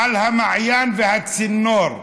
על המעיין והצינור.